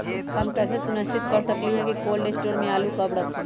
हम कैसे सुनिश्चित कर सकली ह कि कोल शटोर से आलू कब रखब?